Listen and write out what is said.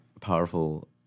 powerful